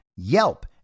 Yelp